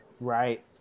Right